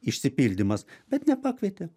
išsipildymas bet nepakvietė